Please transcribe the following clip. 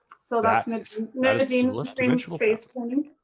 so that's nadine's dreams face paint.